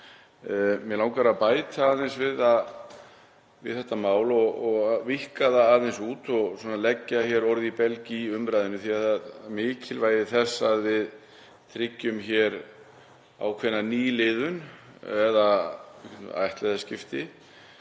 Mig langar að bæta aðeins við þetta mál og víkka það aðeins út og leggja hér orð í belg í umræðunni, því að mikilvægi þess að við tryggjum hér ákveðna nýliðun eða ættliðaskipti